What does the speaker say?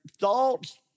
thoughts